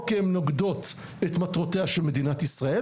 או כי הן נוגדות את מטרותיה של מדינת ישראל